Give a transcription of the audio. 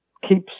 keeps